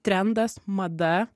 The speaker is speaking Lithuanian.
trendas mada